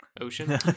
ocean